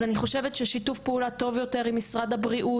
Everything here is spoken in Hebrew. אז אני חושבת ששיתוף פעולה טוב יותר עם משרד הבריאות,